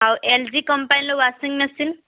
ଆଉ L G କମ୍ପାନୀର washing machine